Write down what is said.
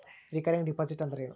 Recurring deposit ಅಂದರೇನು?